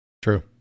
True